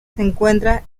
encuentra